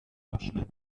abschnitt